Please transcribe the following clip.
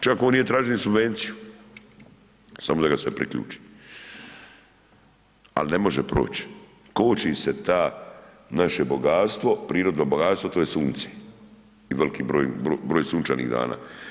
Čak on nije tražio ni subvenciju, samo da ga se priključi, ali ne može proći, koči se ta, naše bogatstvo prirodno bogatstvo, to je sunce i velik broj sunčanih dana.